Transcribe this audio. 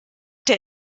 der